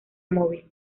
móvil